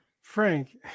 Frank